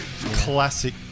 Classic